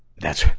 that's,